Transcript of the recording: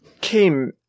came